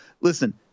Listen